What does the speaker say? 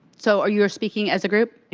so, ah you are speaking as a group?